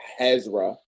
Hezra